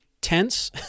tense